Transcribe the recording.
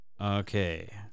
Okay